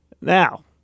Now